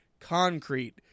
concrete